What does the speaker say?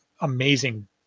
amazing